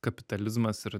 kapitalizmas ir